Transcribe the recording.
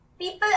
people